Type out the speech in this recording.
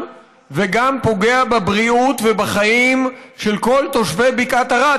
וגם פוגע בבריאות ובחיים של כל תושבי בקעת ערד,